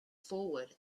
forward